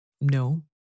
No